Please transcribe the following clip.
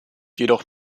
jedoch